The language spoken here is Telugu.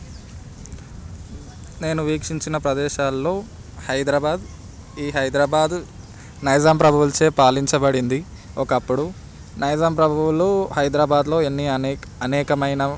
నేను వీక్షించిన ప్రదేశాల్లో హైదరాబాద్ ఈ హైదరాబాద్ నైజాం ప్రభువులచే పాలించబడింది ఒకప్పుడు నైజాం ప్రభువులు హైదరాబాద్లో ఎన్ని అనేకమైన